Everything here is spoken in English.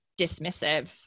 dismissive